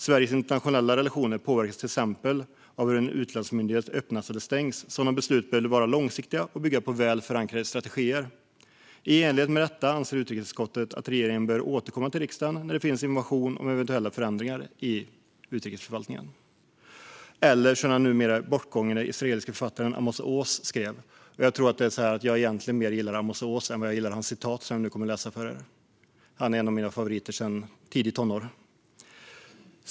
Sveriges internationella relationer påverkas till exempel av om en utlandsmyndighet öppnas eller stängs. Sådana beslut bör vara långsiktiga och bygga på väl förankrade strategier. I enlighet med detta anser utrikesutskottet att regeringen bör återkomma till riksdagen när det finns information om eventuella förändringar i utrikesförvaltningen. Jag ska läsa för er vad den numera bortgångne israeliske författaren Amos Oz skrev. Egentligen tror jag att jag gillar Amos Oz mer än vad jag gillar det citat av honom som jag ska läsa för er. Han är en av mina favoriter sedan tidiga tonår.